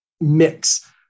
mix